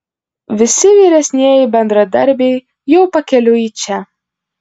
visi vyresnieji bendradarbiai jau pakeliui į čia